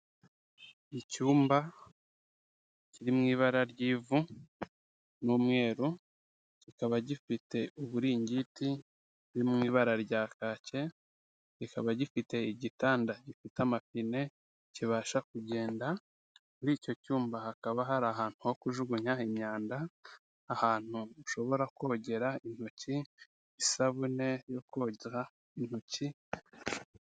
Icyumba kiri mu ibara ry'ivu n'umweru, kikaba gifite uburingiti buri mu ibara rya kake kikaba gifite igitanda gifite amapine kibasha kugenda, muri icyo cyumba hakaba hari ahantu ho kujugunya imyanda, ahantu ushobora kogera intoki, isabune yo koza intoki.